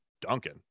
duncan